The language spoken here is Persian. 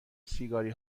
سیگاری